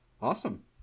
Awesome